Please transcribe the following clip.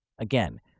Again